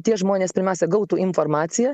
tie žmonės pirmiausia gautų informaciją